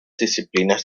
disciplinas